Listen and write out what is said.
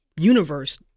universe